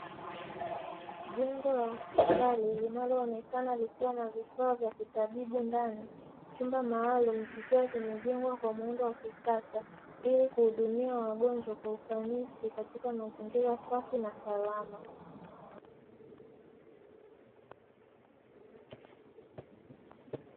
Jengo la hospitali linaloonekana likiwa na vifaa vya kitabibu ndani. Chumba maalumu kikiwa kimejengwa kwa muundo wa kisasa ili kuhudumia wagonjwa kwa ufanisi katika mazingira safi na salama.